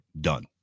done